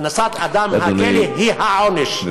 הכנסת אדם לכלא, היא העונש,